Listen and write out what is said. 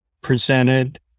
presented